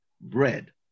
bread